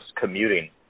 commuting